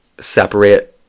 separate